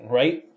right